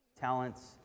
talents